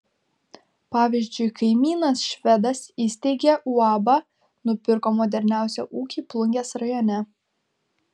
pavyzdžiui kaimynas švedas įsteigė uabą nupirko moderniausią ūkį plungės rajone